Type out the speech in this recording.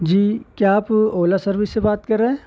جی کیا آپ اولا سروس سے بات کر رہے ہیں